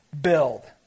build